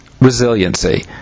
resiliency